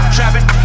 Trapping